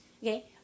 okay